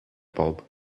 bulb